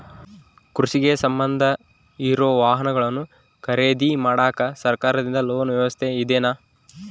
ಕೃಷಿಗೆ ಸಂಬಂಧ ಇರೊ ವಾಹನಗಳನ್ನು ಖರೇದಿ ಮಾಡಾಕ ಸರಕಾರದಿಂದ ಲೋನ್ ವ್ಯವಸ್ಥೆ ಇದೆನಾ?